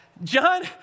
John